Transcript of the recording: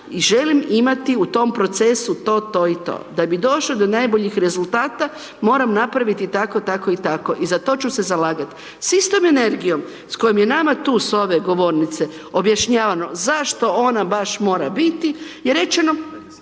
i želim imati u tom procesu to, to i to, da bi došao do najboljih rezultata, moram napraviti tako, tako i tako. I zato ću se zalagati, sa istom energijom s kojom je nama tu s ove govornice objašnjavano zašto ona baš mora biti je rečeno